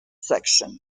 section